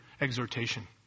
exhortation